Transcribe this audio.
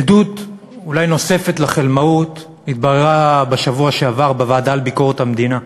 עדות נוספת לחלמאות התבררה בשבוע שעבר בוועדה לביקורת המדינה,